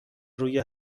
روی